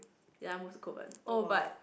ya moved Kovan oh but